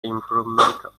improvement